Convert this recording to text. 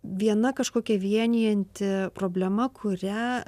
viena kažkokia vienijanti problema kurią